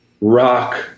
rock